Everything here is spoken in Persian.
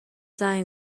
زنگ